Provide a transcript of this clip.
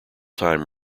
time